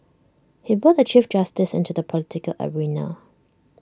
he brought the chief justice into the political arena